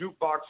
jukebox